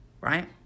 Right